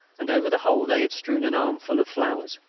and over the whole they had strewn an armful of flowers.